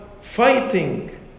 fighting